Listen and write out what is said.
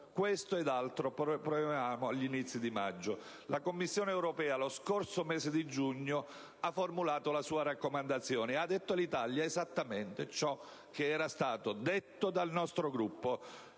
Questo ed altro proponevamo agli inizi di maggio. La Commissione europea, lo scorso mese di giugno, ha formulato la sua raccomandazione e ha detto all'Italia esattamente ciò che era già stato detto dal nostro Gruppo